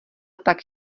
tak